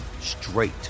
straight